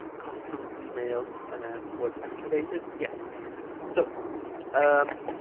custom email ah was activated yes so um